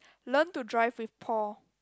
learn to drive with Paul